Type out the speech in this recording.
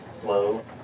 Slow